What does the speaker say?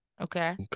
Okay